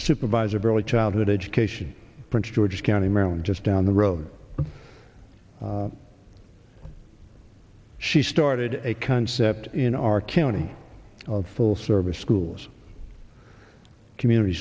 the supervisor of early childhood education prince george's county maryland just down the road she started a concept in our county full service schools community